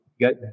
got